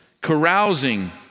carousing